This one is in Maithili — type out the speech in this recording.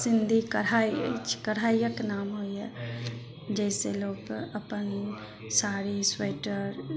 सिंदी कढ़ाइ अछि कढ़ाइयक नाम होइया जाहि सऽ लोक अपन साड़ी स्वेटर